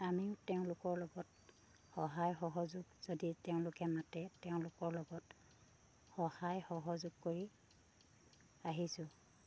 আমিও তেওঁলোকৰ লগত সহায় সহযোগ যদি তেওঁলোকে মাতে তেওঁলোকৰ লগত সহায় সহযোগ কৰি আহিছোঁ